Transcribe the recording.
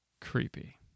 Creepy